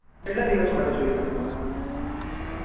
કેટલા દિવસ માટે જોઈએ તમને